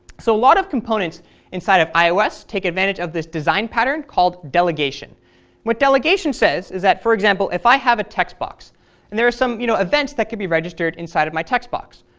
so lot of components inside of ios take advantage of this design pattern called delegation, and what delegation says is that, for example, if i have a text box and there are some you know events that could be registered inside of my text box,